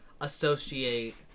associate